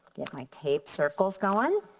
get my tape circles going.